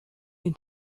den